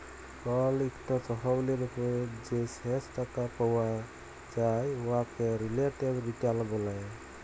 call ইকট তহবিলের উপর যে শেষ টাকা পাউয়া যায় উয়াকে রিলেটিভ রিটার্ল ব্যলে